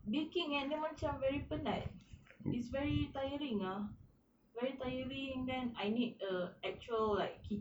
baking and then macam very penat it's very tiring ah very tiring then I need err actual like